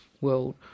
world